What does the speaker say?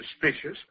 suspicious